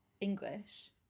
English